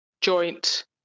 joint